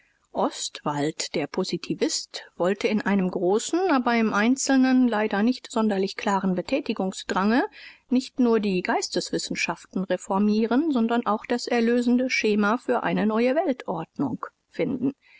ostwald der positivist wollte in einem großen aber im einzelnen leider nicht sonderlich klaren betätigungsdrange nicht nur die geisteswissenschaften reformieren sondern auch das erlösende schema für eine neue weltorganisation finden